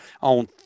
on